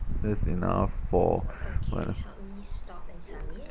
there's enough for well